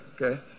okay